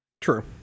True